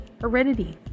heredity